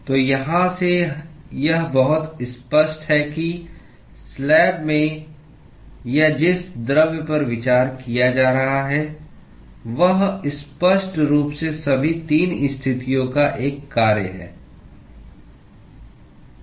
तो यहाँ से यह बहुत स्पष्ट है कि स्लैब में या जिस द्रव्य पर विचार किया जा रहा है वह स्पष्ट रूप से सभी 3 स्थितियों का एक कार्य है